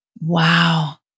Wow